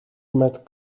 met